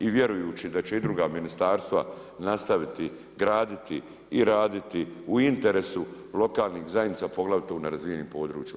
I vjerujući da će i druga ministarstva nastaviti graditi i raditi u interesu lokalnih zajednica, poglavito u nerazvijenim područijma.